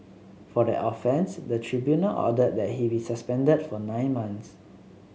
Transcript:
for that offence the tribunal ordered that he be suspended for nine months